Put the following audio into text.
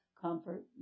comfort